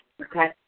Okay